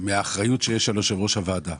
מן האחריות שיש על יושב-ראש הוועדה.